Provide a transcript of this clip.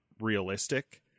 realistic